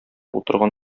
утырган